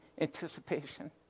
anticipation